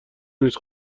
نیست